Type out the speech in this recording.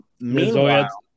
Meanwhile